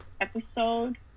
episode